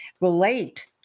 relate